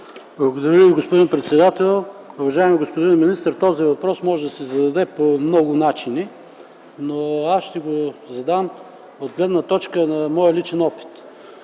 Благодаря Ви, господин председател. Уважаеми господин министър, този въпрос може да се зададе по много начини, но аз ще го задам от гледна точка на моя личен опит.